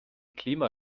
klima